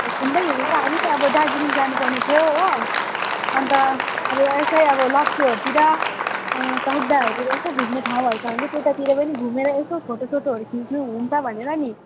घुम्दै हिँडेको हामी अब दार्जिलिङ जानुपर्ने थियो हो अन्त अब यतै अब लप्चूहरूतिर अँ तकदाहरूतिर यसो घुम्ने ठाउँहरू छ भने त्यतातिर पनि घुमेर यसो फोटोसोटोहरू खिच्नुहुन्छ भनेर नि